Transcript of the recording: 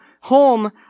home